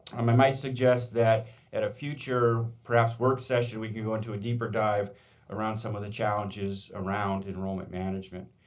um i might suggest that at a future perhaps work session we can go into a deeper dive around some of the challenges around enrollment management.